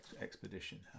expedition